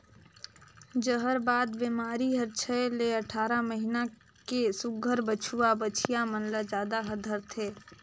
जहरबाद बेमारी हर छै ले अठारह महीना के सुग्घर बछवा बछिया मन ल जादा धरथे